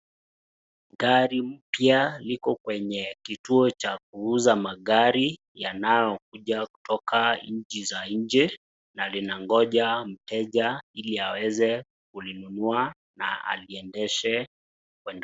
Gari mpya liko kwenye kituo cha kuuza magari yanaokuja kutoka nchi za nje na linangoja mteja ili aweze kulinunua na aliendesha kwenda.